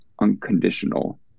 unconditional